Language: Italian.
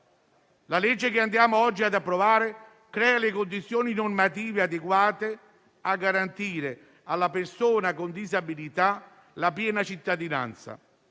di legge che oggi ci accingiamo ad approvare crea le condizioni normative adeguate a garantire alla persona con disabilità la piena cittadinanza,